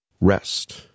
Rest